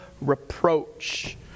reproach